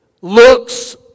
looks